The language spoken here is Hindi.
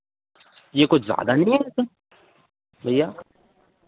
ये कुछ ज़्यादा नहीं है सर भैया